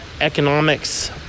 economics